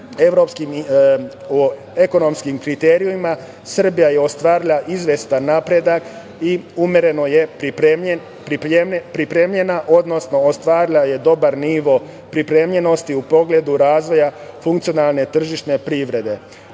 o ekonomskim kriterijumima, Srbija je ostvarila izvestan napredak i umereno je pripremljena, odnosno ostvarila je dobar nivo pripremljenosti u pogledu razvoja funkcionalne tržišne privrede. Privreda